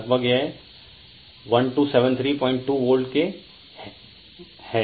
लगभग यह 12732 वोल्ट के हैं